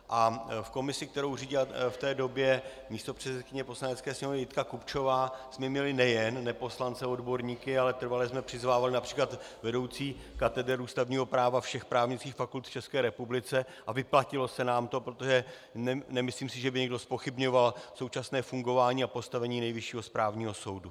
A v komisi, kterou řídila v té době místopředsedkyně Poslanecké sněmovny Jitka Kupčová, jsme měli nejen neposlance odborníky, ale trvale jsme přizvávali např. vedoucí kateder ústavního práva všech právnických fakult v České republice a vyplatilo se nám to, protože nemyslím, že by někdo zpochybňoval současné fungování a postavení Nejvyššího správního soudu.